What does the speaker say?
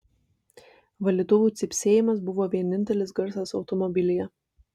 valytuvų cypsėjimas buvo vienintelis garsas automobilyje